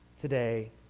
today